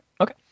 okay